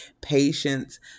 Patience